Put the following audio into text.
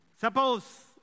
Suppose